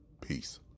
Peace